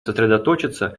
сосредоточиться